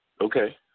Okay